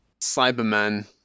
cyberman